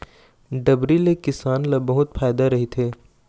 डबरी ले किसान ल बहुत फायदा रहिथे